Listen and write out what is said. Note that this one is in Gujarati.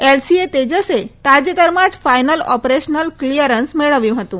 એલસીએ તેજસે તાજેતરમાં જ ફાઈનલ ઓપરેશનલ કલીઅરન્સ મેળવ્યું હતું